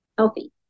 healthy